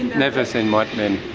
never seen white